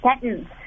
sentence